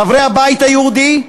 חברי הבית היהודי,